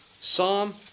Psalm